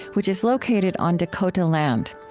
which is located on dakota land.